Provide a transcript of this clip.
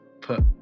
put